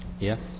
Yes